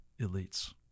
elites